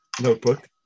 notebook